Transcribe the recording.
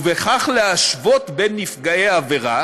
ובכך להשוות בין נפגעי עבירה